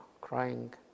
crying